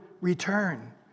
return